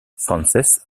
frances